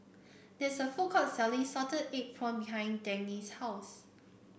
there's a food court selling Salted Egg Prawns behind Dagny's house